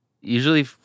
Usually